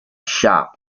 shop